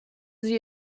sie